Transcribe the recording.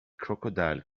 crocodile